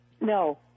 No